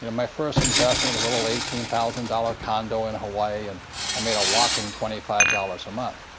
you know my first investment, was a little eighteen thousand dollars condo in hawaii, and i made a whopping twenty five dollars a month.